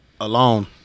Alone